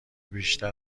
بیشتر